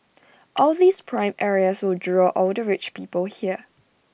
all these prime areas will draw all the rich people here